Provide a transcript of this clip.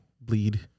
bleed